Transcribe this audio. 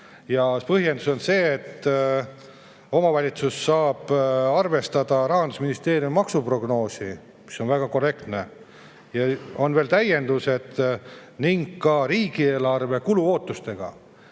Ja põhjendus on see, et omavalitsus saab siis arvestada Rahandusministeeriumi maksuprognoosi, mis on väga korrektne, ja veel täienduste ning riigieelarve kuluootustega.